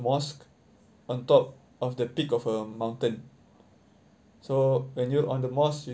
mosque on top of the peak of a mountain so when you're on the mosque you